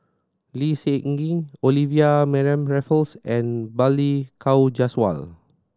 Lee Seng Gee Olivia Mariamne Raffles and Balli Kaur Jaswal